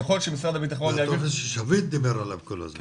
ככל שמשרד הבטחון --- זה טופס ששביט דיבר עליו כל הזמן.